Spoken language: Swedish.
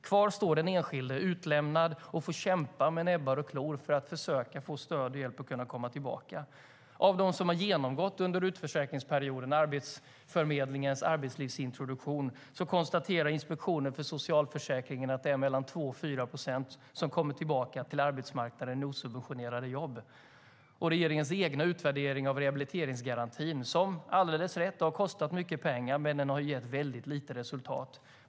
Kvar står den enskilde, utlämnad, och får kämpa med näbbar och klor för att försöka få stöd och hjälp för att kunna komma tillbaka. Inspektionen för socialförsäkringen konstaterar att det av dem som under utförsäkringsperioden har genomgått Arbetsförmedlingens arbetslivsintroduktion är mellan 2 och 4 procent som kommer tillbaka till arbetsmarknaden i osubventionerade jobb. Regeringens egen utvärdering av rehabiliteringsgarantin visar att den har kostat mycket pengar - det är alldeles rätt - men gett väldigt lite resultat.